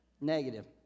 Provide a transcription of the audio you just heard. Negative